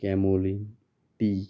camomile T